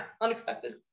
unexpected